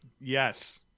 yes